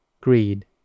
greed